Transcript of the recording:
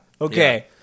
Okay